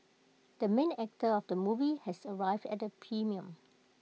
the main actor of the movie has arrived at the premiere